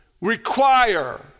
require